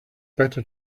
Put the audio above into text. better